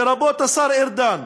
לרבות השר ארדן,